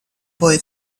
boy